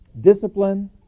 Discipline